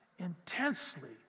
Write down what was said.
intensely